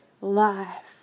life